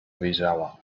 wyjrzała